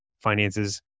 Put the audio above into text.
finances